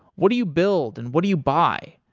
what do you build and what do you buy?